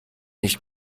nicht